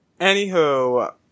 Anywho